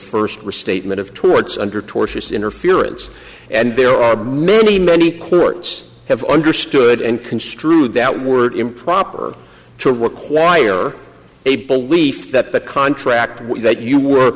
first restatement of towards under tortious interference and there are many many courts have understood and construed that were improper to require a belief that the contract was that you were